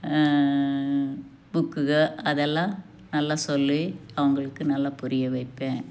புக்குக அதெல்லாம் நல்லா சொல்லி அவங்களுக்கு நல்லா புரிய வைப்பேன்